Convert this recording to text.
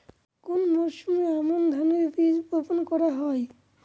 কোন মরশুমে আমন ধানের বীজ বপন করা হয়?